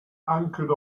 anchored